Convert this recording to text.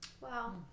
Wow